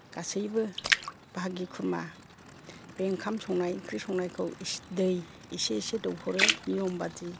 गासैबो बाहागि खुरमा बे ओंखाम संनाय इंख्रि संनायखौ इसे दै इसे इसे दौहरो नियम बादि